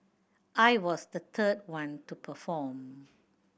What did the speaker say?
I was the third one to perform